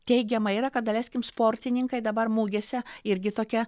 teigiama yra kad daleiskim sportininkai dabar mugėse irgi tokie